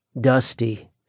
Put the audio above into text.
dusty